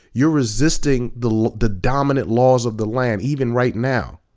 you're resisting the the dominant laws of the land, even right now.